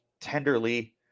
tenderly